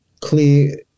clear